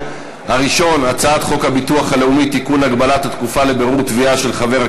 הבשר מתייקר בעשרות